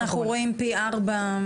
אנחנו רואים פי ארבע,